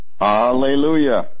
Hallelujah